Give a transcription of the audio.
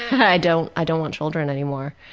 i don't, i don't want children anymore,